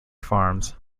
farms